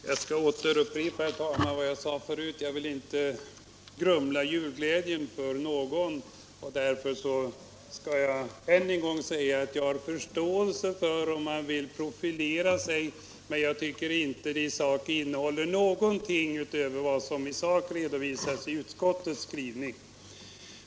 Herr talman! Jag skall upprepa vad jag sade tidigare. Jag vill inte grumla julglädjen för någon. Därför skall jag ännu en gång säga att jag har förståelse för att socialdemokraterna vill profilera sig, men jag tycker inte att reservationen innehåller någonting i sak utöver vad som redovisats i utskottets skrivning.